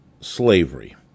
slavery